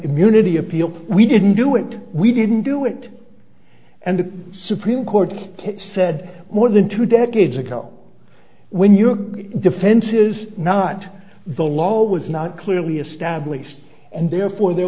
immunity appeal we didn't do it we didn't do it and the supreme court said more than two decades ago when your defense is not the law was not clearly established and therefore there